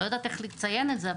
לא יודעת איך לציין את זה,